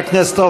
חברי הכנסת,